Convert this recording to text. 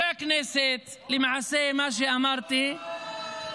למעשה, מה שאמרתי -- אוה.